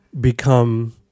become